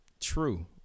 True